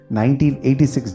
1986